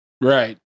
Right